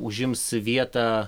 užims vietą